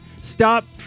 Stop